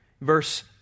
verse